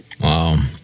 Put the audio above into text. wow